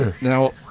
Now